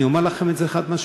אני אומר לכם את זה חד-משמעית,